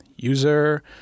User